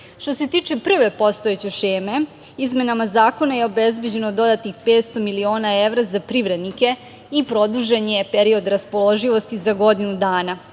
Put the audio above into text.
se tiče prve postojeće šeme, izmenama zakona je obezbeđeno dodatnih 500 miliona evra za privrednike i produžen je period raspoloživosti za godinu dana,